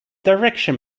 direction